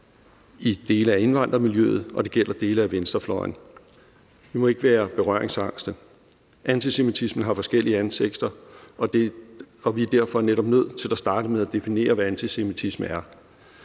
i dele af indvandrermiljøet, og det gælder dele af venstrefløjen. Vi må ikke være berøringsangste. Antisemitismen har forskellige ansigter, og vi er derfor netop nødt til at starte med at definere, hvad antisemitisme er.